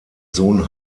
sohn